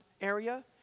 area